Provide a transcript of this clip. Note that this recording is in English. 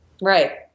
Right